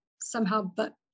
somehow—but